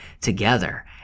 together